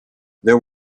there